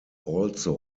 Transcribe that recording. also